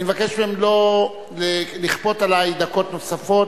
אני מבקש מהם לא לכפות עלי דקות נוספות,